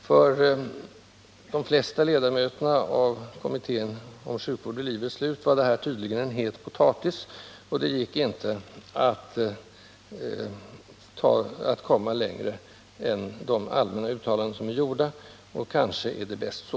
För de flesta ledamöter i kommittén om sjukvård vid livets slut var det tydligen en het potatis, och det gick inte att komma längre än till de allmänna uttalanden som är gjorda. Och kanske är det bäst så.